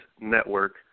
network